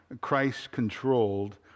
Christ-controlled